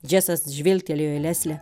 džesas žvilgtelėjo į leslę